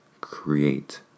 create